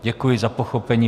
Děkuji za pochopení.